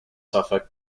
suffolk